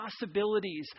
possibilities